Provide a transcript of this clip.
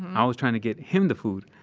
i was trying to get him the food,